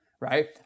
right